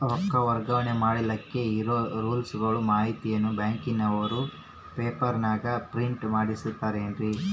ರೊಕ್ಕ ವರ್ಗಾವಣೆ ಮಾಡಿಲಿಕ್ಕೆ ಇರೋ ರೂಲ್ಸುಗಳ ಮಾಹಿತಿಯನ್ನ ಬ್ಯಾಂಕಿನವರು ಪೇಪರನಾಗ ಪ್ರಿಂಟ್ ಮಾಡಿಸ್ಯಾರೇನು?